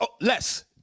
less